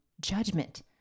judgment